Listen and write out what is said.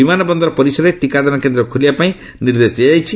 ବିମାନ ବନ୍ଦର ପରିସରରେ ଟିକାଦାନ କେନ୍ଦ୍ର ଖୋଲିବା ପାଇଁ ନିର୍ଦ୍ଦେଶ ଦିଆଯାଇଛି